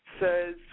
says